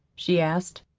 she asked.